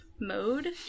mode